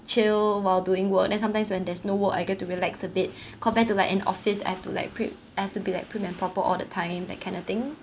chill while doing work then sometimes when there's no work I get to relax a bit compared to like in office I have to like pri~ I have to be like prim and proper all the time that kind of thing